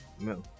No